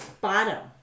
bottom